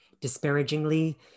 disparagingly